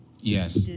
Yes